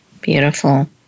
Beautiful